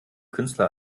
künstler